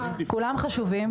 כולם חשובים,